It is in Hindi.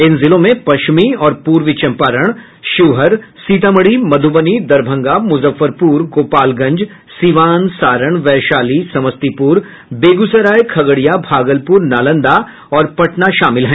इन जिलों में पश्चिमी और पूर्वी चंपारण शिवहर सीतामढ़ी मध्रबनी दरभंगा मुजफ्फरपुर गोपालगंज सीवान सारण वैशाली समस्तीपुर बेगूसराय खगड़िया भागलपुर नालंदा और पटना शामिल हैं